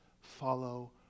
follow